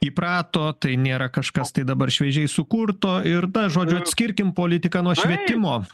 įprato tai nėra kažkas tai dabar šviežiai sukurto ir na žodiu atskirkim politiką nuo švietimo